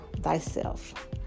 thyself